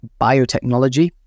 biotechnology